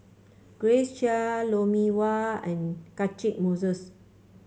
Grace Chia Lou Mee Wah and Catchick Moses